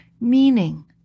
Meaning